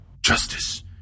Justice